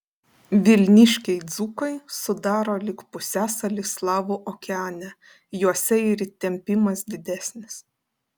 vilniškiai dzūkai sudaro lyg pusiasalį slavų okeane juose ir įtempimas didesnis